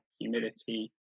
humidity